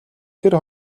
тэр